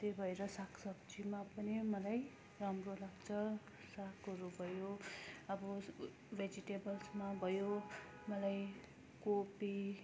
त्यही भएर सागसब्जीमा पनि मलाई राम्रो लाग्छ सागहरू भयो अब भेजिटेबल्समा भयो मलाई कोपी